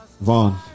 Vaughn